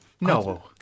No